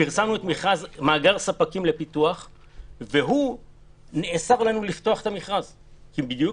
פרסמנו מאגר ספקים לפיתוח ונאסר עלינו לפתוח את המכרז כי בדיוק